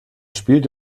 spielt